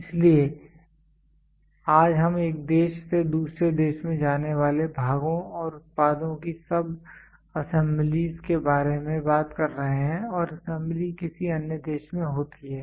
इसलिए आज हम एक देश से दूसरे देश में जाने वाले भागों और उत्पादों की सब असेंबलीज के बारे में बात कर रहे हैं और असेंबली किसी अन्य देश में होती है